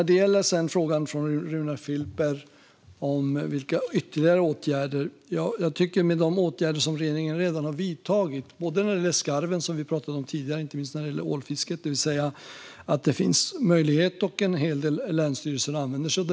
Runar Filper ställde en fråga om ytterligare åtgärder. Regeringen har ju redan vidtagit åtgärder, exempelvis när det gäller skarven som vi pratade om tidigare i samband med ålfisket. Det finns nu en möjlighet till skyddsjakt som också en hel del länsstyrelser använder sig av.